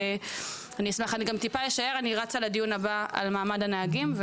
אני אשאר מעט בדיון הזה כי אני צריכה לצאת לדיון על מעמד הנהגים.